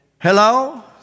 Hello